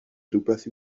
rywbeth